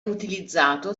utilizzato